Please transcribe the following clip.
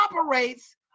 operates